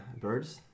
birds